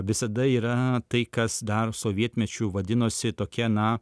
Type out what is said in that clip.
visada yra tai kas dar sovietmečiu vadinosi tokia na